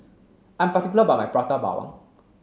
I'm particular about my Prata Bawang